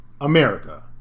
America